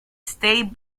stay